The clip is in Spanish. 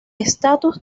estatus